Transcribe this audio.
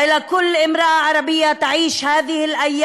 ולכל אישה ערבייה שחווה בימים אלו)